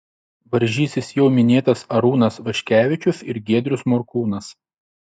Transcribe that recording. varžysis jau minėtas arūnas vaškevičius ir giedrius morkūnas